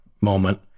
moment